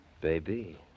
Baby